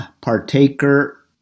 partaker